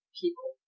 people